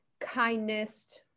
kindness